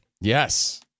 Yes